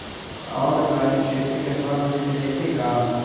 Online खेती के सामान मिल जैतै का?